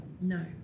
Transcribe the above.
No